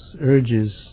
urges